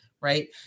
right